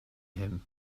him